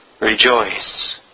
rejoice